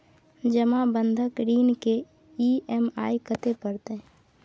जमा बंधक ऋण के ई.एम.आई कत्ते परतै?